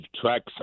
tracks